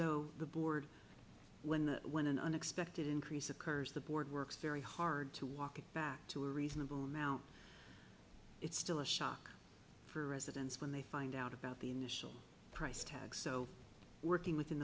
though the board when when an unexpected increase occurs the board works very hard to walk it back to a reasonable amount it's still a shock for residents when they find out about the initial price tag so working within